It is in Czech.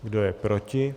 Kdo je proti?